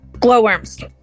Glowworms